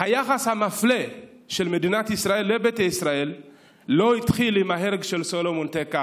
היחס המפלה של מדינת ישראל לביתא ישראל לא התחיל עם ההרג של סלומון טקה,